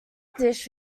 dish